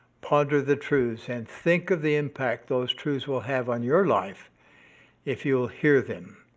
ponder the truths and think of the impact those truths will have on your life if you will hear them,